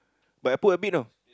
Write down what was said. but I put a bit you know